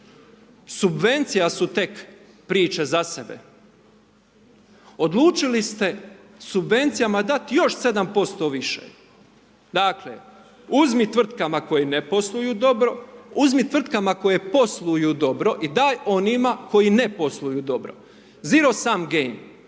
Subvencija su tek priče za sebe. Odlučili ste subvencijama dati još 7% više. Dakle, uzmi tvrtkama koje ne posluju dobro, uzmi tvrtkama koje posluju dobro i daj onima koji ne posluju dobro, zero sume game,